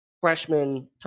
freshman